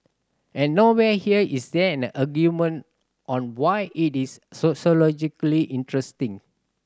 and nowhere here is there an argument on why it is sociologically interesting